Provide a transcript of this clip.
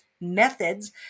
methods